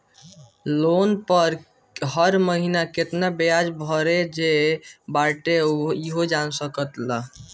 loan पअ हर महिना केतना बियाज भरे जे बाटे इहो जान सकेला